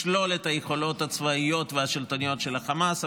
לשלול את היכולות הצבאיות השלטוניות של החמאס,